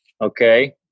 Okay